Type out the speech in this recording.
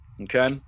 Okay